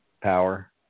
Power